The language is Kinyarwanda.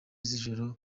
z’ijoro